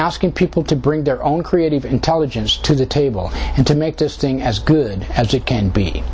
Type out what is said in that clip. asking people to bring their own creative intelligence to the table and to make this thing as good as it can be